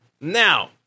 Now